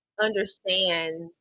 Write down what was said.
understand